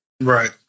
Right